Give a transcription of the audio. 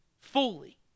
fully